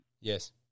Yes